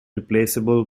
replaceable